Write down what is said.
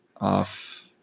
off